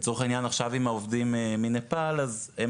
לצורך העניין עכשיו עם העובדים מנפאל אז הם